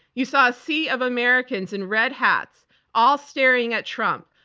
you saw a sea of americans in red hats all staring at trump,